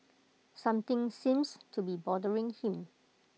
something seems to be bothering him